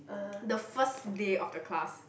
the first day of the class